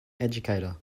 educator